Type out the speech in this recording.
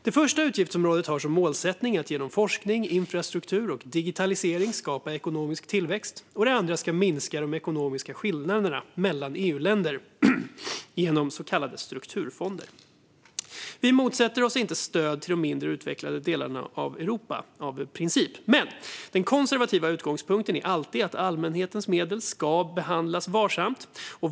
Det första utgiftsområdet har som målsättning att genom forskning, infrastruktur och digitalisering skapa ekonomisk tillväxt, och det andra har som målsättning att minska de ekonomiska skillnaderna mellan EU-länder genom så kallade strukturfonder. Vi motsätter oss inte stöd till de mindre utvecklade delarna av Europa av princip. Men den konservativa utgångspunkten är alltid att allmänhetens medel ska behandlas varsamt.